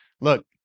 look